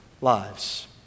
lives